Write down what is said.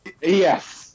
Yes